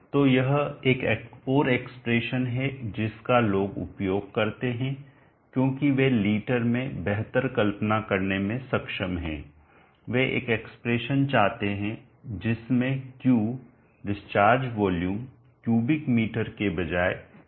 तो यह एक और एक्सप्रेशन है जिसका लोग उपयोग करते हैं क्योंकि वे लीटर में बेहतर कल्पना करने में सक्षम हैं वे एक एक्सप्रेशन चाहते हैं जिसमें Q discharge volume cubic metre के बजाय लीटर में हो